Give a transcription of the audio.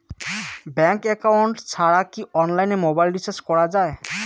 Bank account ছাড়া কি অনলাইনে মোবাইল রিচার্জ করা যায়?